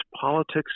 politics